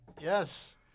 yes